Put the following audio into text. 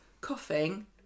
coughing